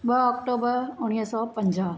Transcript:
ॿ आक्टोबर उणिवीह सौ पंजाह